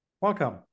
welcome